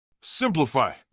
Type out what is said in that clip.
Simplify